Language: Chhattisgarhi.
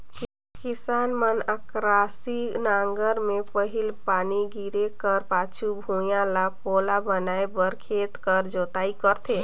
किसान मन अकरासी नांगर मे पहिल पानी गिरे कर पाछू भुईया ल पोला बनाए बर खेत कर जोताई करथे